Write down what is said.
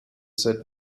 said